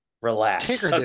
relax